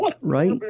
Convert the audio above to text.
right